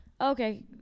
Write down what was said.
Okay